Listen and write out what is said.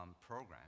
program